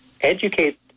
educate